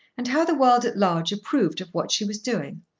and how the world at large approved of what she was doing.